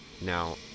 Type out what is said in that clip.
Now